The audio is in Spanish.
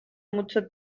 mucho